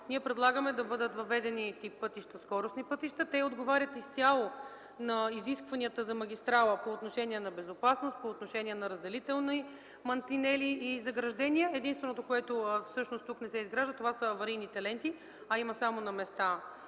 ние предлагаме да бъдат въведени тип пътища – скоростни. Те отговарят изцяло на изискванията за магистрала по отношение на безопасност, по отношение на разделителни мантинели и заграждения. Единственото, което всъщност тук не се изгражда, това са аварийните ленти, а има само места